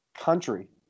country